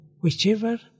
whichever